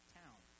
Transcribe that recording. town